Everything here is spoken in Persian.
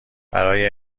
برای